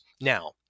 Now